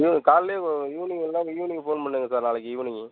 காலையிலயே ஈவினிங் வந்தால் evening phone பண்ணுங்க சார் நாளைக்கி ஈவினிங்கு